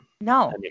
No